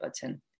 button